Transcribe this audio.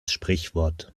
sprichwort